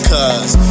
Cause